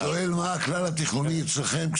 הוא שואל מה הכלל התכנוני אצלכם.